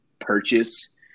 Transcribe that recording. purchase